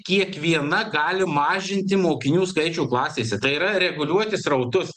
kiekviena gali mažinti mokinių skaičių klasėse tai yra reguliuoti srautus